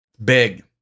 Big